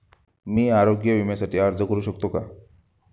मी आरोग्य विम्यासाठी अर्ज करू शकतो का?